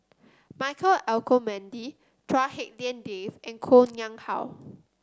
Michael Olcomendy Chua Hak Lien Dave and Koh Nguang How